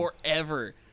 Forever